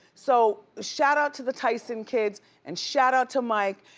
so shout out to the tyson kids and shout out to mike.